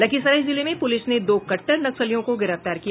लखीसराय जिले में पूलिस ने दो कटटर नक्सलियों को गिरफ्तार किया